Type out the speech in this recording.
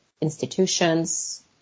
institutions